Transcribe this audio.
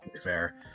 fair